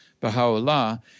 Baha'u'llah